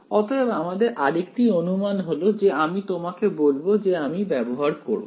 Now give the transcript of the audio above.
অতএব আমাদের আরেকটি অনুমান হলো যে আমি তোমাকে বলবো যে আমি ব্যবহার করবো